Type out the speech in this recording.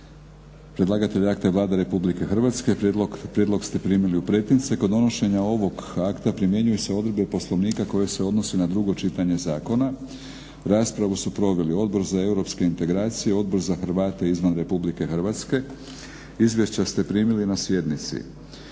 Predlagatelj akta je Vlada RH. Prijedlog ste primili u pretince. Kod donošenja ovog akta primjenjuju se odredbe poslovnika koje se odnose na drugo čitanje zakona. Raspravu su proveli Odbor za europske integracije, Odbor za Hrvate izvan RH. Izvješća ste primili na sjednici.